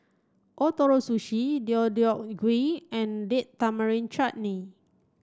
Ootoro Sushi Deodeok Gui and Date Tamarind Chutney